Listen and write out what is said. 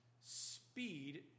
speed